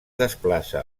desplaça